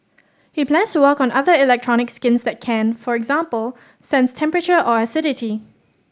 he plans to work on other electronic skins that can for example sense temperature or acidity